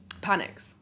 Panics